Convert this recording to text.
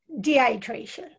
dehydration